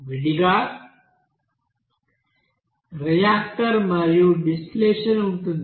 విడిగా రియాక్టర్ మరియు డిస్టిలేషన్ ఉంటుంది